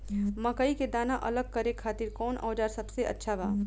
मकई के दाना अलग करे खातिर कौन औज़ार सबसे अच्छा बा?